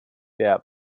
der